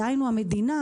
דהיינו המדינה,